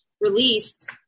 released